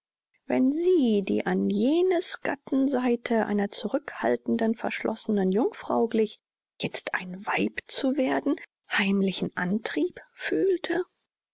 wenn sie die an jenes gatten seite einer zurückhaltenden verschlossenen jungfrau glich jetzt ein weib zu werden heimlichen antrieb fühlte